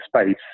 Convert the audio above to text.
space